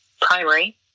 primary